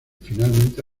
finalmente